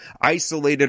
isolated